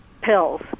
pills